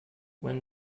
when